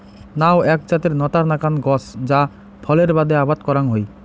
নাউ এ্যাক জাতের নতার নাকান গছ যা ফলের বাদে আবাদ করাং হই